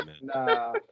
nah